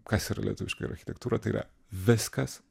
kas yra lietuviška ir architektūra tai yra viskas